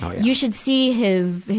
ah you should see his,